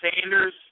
Sanders